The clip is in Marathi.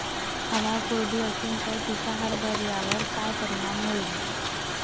हवा कोरडी अशीन त तिचा हरभऱ्यावर काय परिणाम होईन?